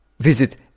Visit